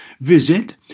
Visit